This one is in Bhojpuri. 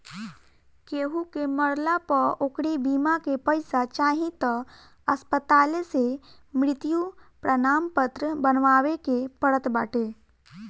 केहू के मरला पअ ओकरी बीमा के पईसा चाही तअ अस्पताले से मृत्यु प्रमाणपत्र बनवावे के पड़त बाटे